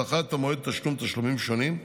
דחה את המועד לתשלום תשלומים שונים,